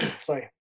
sorry